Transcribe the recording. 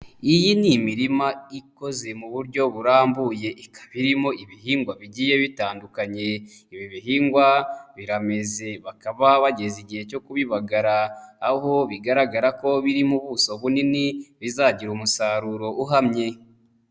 Iyi ni imirima ikoze mu buryo burambuye ikaba irimo ibihingwa bigiye bitandukanye. Ibi bihingwa birameze bakaba bageze igihe cyo kubibagara aho bigaragara ko biri mu buso bunini bizagira umusaruro uhamye.